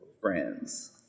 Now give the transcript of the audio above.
friends